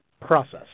process